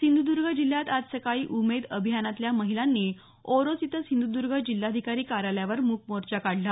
सिंधुदुर्ग जिल्हयात आज सकाळी उमेद अभियानातल्या महिलांनी ओरोस इथं सिंधुदूर्ग जिल्हाधिकारी कार्यालयावर मूक मोर्चा काढला